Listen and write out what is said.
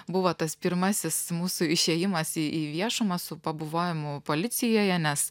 buvo tas pirmasis mūsų išėjimas į į viešumą su pabuvojimu policijoje nes